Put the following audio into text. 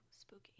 spooky